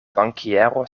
bankiero